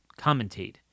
commentate